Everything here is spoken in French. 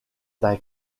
d’un